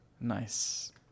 Nice